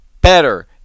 better